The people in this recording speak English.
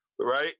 Right